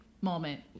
moment